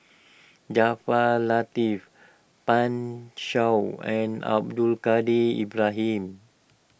Jaafar Latiff Pan Shou and Abdul Kadir Ibrahim